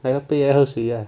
拿一个杯来喝水啊